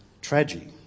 tragedy